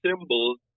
symbols